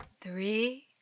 Three